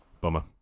Bummer